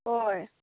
होय